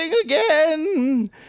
again